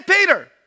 Peter